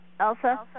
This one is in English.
Elsa